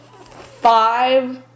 Five